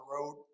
road